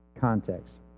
context